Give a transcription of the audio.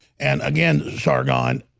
and again sargon,